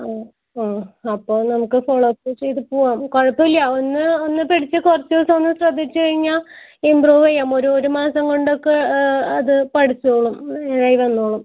ആ ആ അപ്പോൾ നമുക്ക് ഫോളോ അപ്പ് ചെയ്ത് പോവാം കുഴപ്പമില്ല ഒന്ന് ഒന്ന് പിടിച്ച് കുറച്ച് ദിവസം ഒന്ന് ശ്രദ്ധിച്ചുകഴിഞ്ഞാൽ ഇമ്പ്രൂവ് ചെയ്യാം ഒരു ഒരു മാസം കൊണ്ടൊക്കെ അത് പഠിച്ചോളും ആയി വന്നോളും